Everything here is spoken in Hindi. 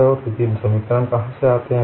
और ये तीन समीकरण कहाँ से आते हैं